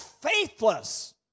faithless